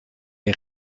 est